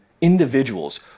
individuals